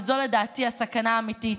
וזו לדעתי הסכנה האמיתית,